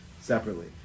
separately